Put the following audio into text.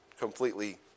completely